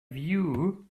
view